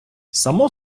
само